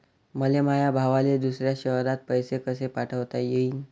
मले माया भावाले दुसऱ्या शयरात पैसे कसे पाठवता येईन?